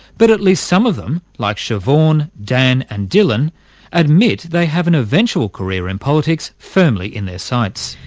but at least some of them, like siobhan, dan and dylan admit they have an eventual career in politics firmly in their sights.